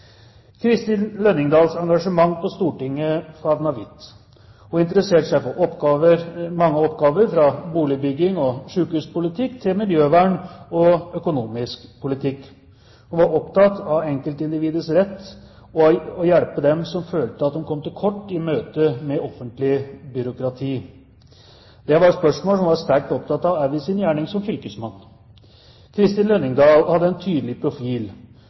Kristin Lønningdals engasjement på Stortinget favnet vidt. Hun interesserte seg for mange oppgaver – fra boligbygging og sykehuspolitikk til miljøvern og økonomisk politikk. Hun var opptatt av enkeltindividets rett og av å hjelpe dem som følte at de kom til kort i møtet med offentlig byråkrati. Dette var spørsmål som hun var sterkt opptatt av i sin gjerning som fylkesmann. Kristin Lønningdal hadde en tydelig profil.